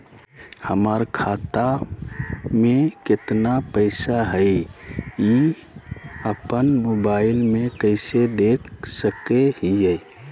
हमर खाता में केतना पैसा हई, ई अपन मोबाईल में कैसे देख सके हियई?